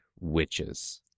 witches